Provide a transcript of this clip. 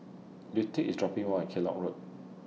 Lute IS dropping Me off At Kellock Road